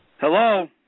Hello